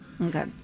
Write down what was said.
okay